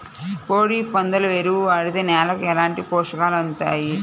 కోడి, పందుల ఎరువు వాడితే నేలకు ఎలాంటి పోషకాలు అందుతాయి